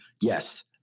yes